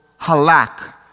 halak